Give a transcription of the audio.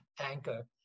anchor